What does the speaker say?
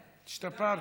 השתפרתי.